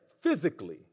physically